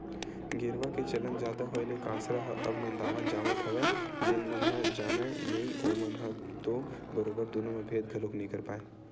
गेरवा के चलन जादा होय ले कांसरा ह अब नंदावत जावत हवय जेन मन ह जानय नइ ओमन ह तो बरोबर दुनो म भेंद घलोक नइ कर पाय